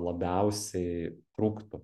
labiausiai trūktų